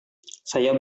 saya